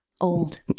Old